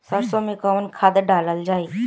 सरसो मैं कवन खाद डालल जाई?